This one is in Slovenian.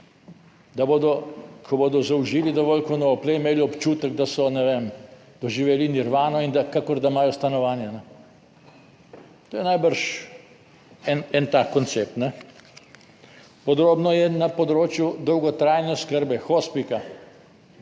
Da bodo, ko bodo zaužili dovolj konoplje, imeli občutek, da so, ne vem, doživeli nirvano in da kakor, da imajo stanovanja. To je najbrž en tak koncept. Podobno je na področju dolgotrajne oskrbe, hospic.